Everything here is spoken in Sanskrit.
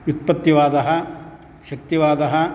व्युत्पत्तिवादः शक्तिवादः